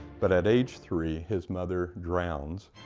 but at age three, his mother drowns